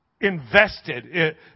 invested